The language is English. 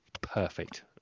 perfect